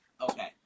okay